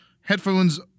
headphones